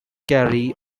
carrying